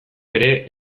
ere